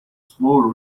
small